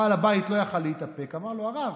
בעל הבית לא יכול היה להתאפק, אמר לו: הרב,